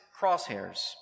crosshairs